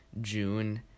June